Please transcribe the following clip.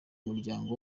muryango